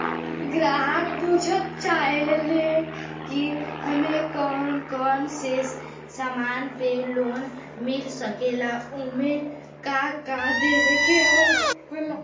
ग्राहक पुछत चाहे ले की हमे कौन कोन से समान पे लोन मील सकेला ओमन का का देवे के होला?